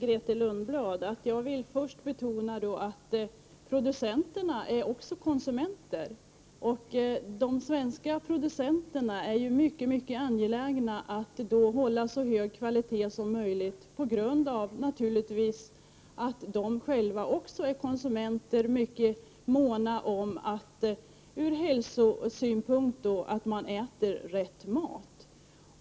Herr talman! Jag vill först betona, Grethe Lundblad, att producenterna också är konsumenter. De svenska producenterna är ju mycket angelägna att hålla så hög kvalitet som möjligt på grund av att de själva också är konsumenter, och mycket måna om att man ur hälsosynpunkt äter rätt mat.